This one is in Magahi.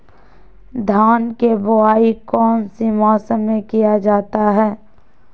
धान के बोआई कौन सी मौसम में किया जाता है?